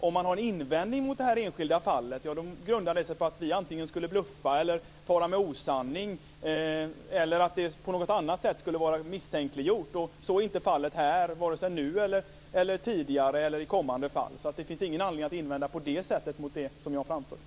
Om man har en invändning mot det här enskilda fallet grundar det sig på att vi antingen skulle bluffa, fara med osanning eller att det skulle vara misstänkliggjort på något annat sätt. Så är inte fallet här, vare sig nu, tidigare eller i kommande fall. Det finns ingen anledning att på det sättet invända mot det som jag framfört.